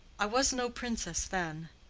i was no princess then.